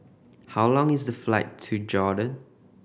how long is the flight to Jordan